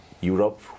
europe